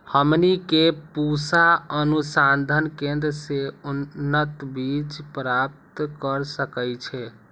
हमनी के पूसा अनुसंधान केंद्र से उन्नत बीज प्राप्त कर सकैछे?